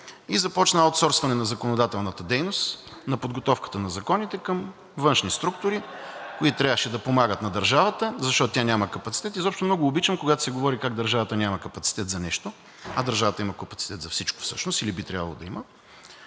и започна аутсорсване на законодателната дейност, на подготовката на законите към външни структури, които трябваше да помагат на държавата, защото тя няма капацитет. Изобщо много обичам, когато се говори, че държавата няма капацитет за нещо, а държавата има капацитет за всичко всъщност или би трябвало да има.